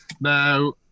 now